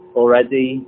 already